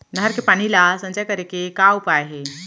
नहर के पानी ला संचय करे के का उपाय हे?